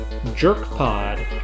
jerkpod